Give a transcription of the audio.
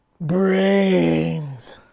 brains